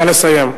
נא לסיים.